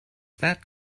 that